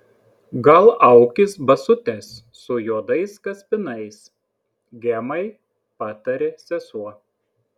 gal aukis basutes su juodais kaspinais gemai patarė sesuo